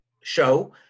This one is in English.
show